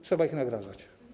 Trzeba ich nagradzać.